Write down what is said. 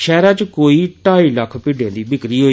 शैहरै च कोई ढाई लक्ख भिड्डें दी बिक्री होई